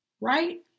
right